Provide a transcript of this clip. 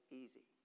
easy